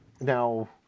Now